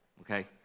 okay